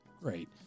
Great